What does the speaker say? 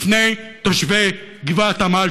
לפני תושבי גבעת עמל,